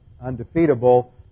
undefeatable